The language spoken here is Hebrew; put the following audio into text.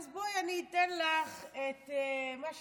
אז בואי אני אתן לך את מה שנקרא,